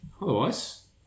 Otherwise